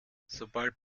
sobald